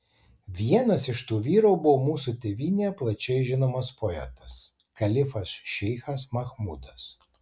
vienas iš tų vyrų buvo mūsų tėvynėje plačiai žinomas poetas kalifas šeichas machmudas